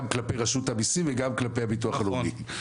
גם כלפי רשות המיסים וגם כלפי הביטוח הלאומי.